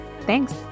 Thanks